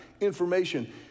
information